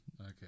Okay